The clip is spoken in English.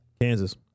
Kansas